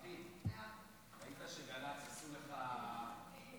ההצעה להעביר את הצעת חוק זכויות החולה (תיקון מס'